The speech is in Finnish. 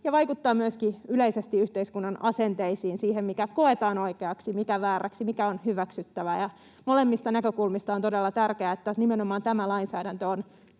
vaikuttaa myöskin yleisesti yhteiskunnan asenteisiin, siihen, mikä koetaan oikeaksi, mikä vääräksi, mikä on hyväksyttävää. Ja molemmista näkökulmista on todella tärkeää, että nimenomaan tämä lainsäädäntö on